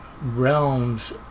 realms